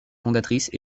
fondatrices